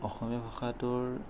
অসমীয়া ভাষাটোৰ